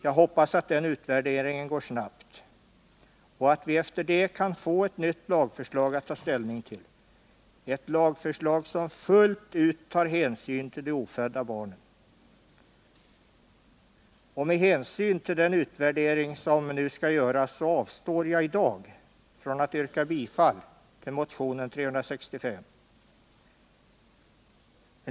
Jag hoppas att den utvärderingen går snabbt och att vi efter det kan få ett nytt lagförslag att ta ställning till — ett lagförslag som fullt ut tar hänsyn till de ofödda barnen. Med hänsyn till den utvärdering som skall göras avstår jag i dag från att yrka bifall till motionen 365.